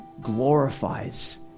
glorifies